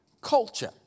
culture